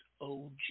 OG